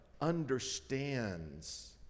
understands